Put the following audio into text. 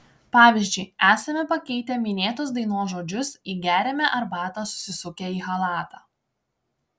pavyzdžiui esame pakeitę minėtos dainos žodžius į geriame arbatą susisukę į chalatą